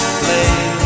play